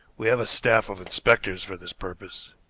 we have a staff of inspectors for this purpose.